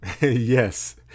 Yes